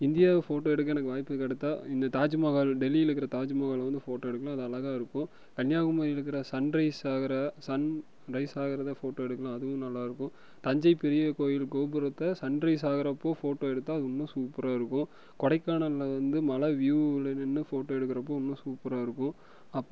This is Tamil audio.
இந்தியாவை ஃபோட்டோ எடுக்க எனக்கு வாய்ப்பு கிடைத்தா இந்த தாஜ்மஹால் டெல்லியில் இருக்கிற தாஜ்மஹாலை வந்து ஃபோட்டோ எடுக்கணும் அது அழகாயிருக்கும் கன்னியாகுமரியில் இருக்கிற சன் ரைஸ் ஆகிற சன் ரைஸ் ஆகிறத ஃபோட்டோ எடுக்கலாம் அதுவும் நல்லாயிருக்கும் தஞ்சை பெரிய கோயில் கோபுரத்தை சன் ரைஸ் ஆகிறப்போ ஃபோட்டோ எடுத்தால் அது இன்னும் சூப்பராகருக்கும் கொடைக்கானலில் வந்து மலை வியூவில் நின்று ஃபோட்டோ எடுக்கிறப்போ இன்னும் சூப்பராகருக்கும்